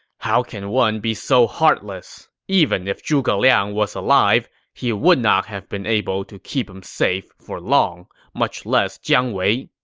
how can one be so heartless. even if zhuge liang was alive, he would not have been able to keep him safe for long, long, much less jiang wei.